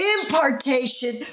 impartation